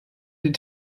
den